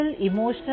emotional